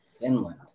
Finland